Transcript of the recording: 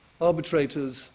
arbitrators